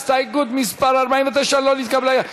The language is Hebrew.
הסתייגות 49 לא נתקבלה.